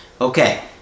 Okay